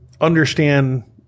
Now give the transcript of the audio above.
understand